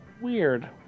Weird